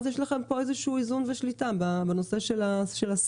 אז יש לכם פה איזשהו איזון ושליטה בנושא של השר.